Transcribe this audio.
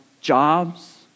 jobs